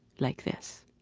like this